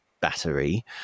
Battery